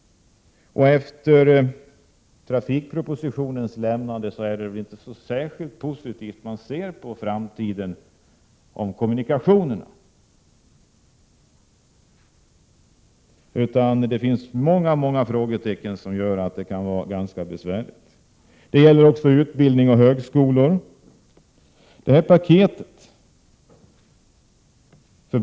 Efter det att trafikpropositionen lades fram ser man inte särskilt positivt på framtiden vad gäller kommunikationerna. Det finns många frågetecken och många besvärliga ställningstaganden. Utbildning och högskolor måste också tas med i bilden.